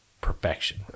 perfection